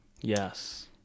Yes